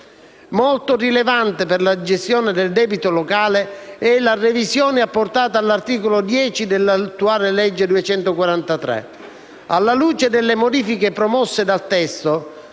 Molto rilevante per la gestione del debito locale è la revisione apportata all'articolo 10 dell'attuale legge n. 243 del 2012. Alla luce delle modifiche promosse dal testo,